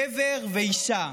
גבר ואישה,